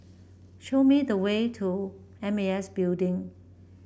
show me the way to M A S Building